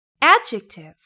Adjective